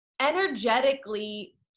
energetically